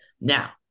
Now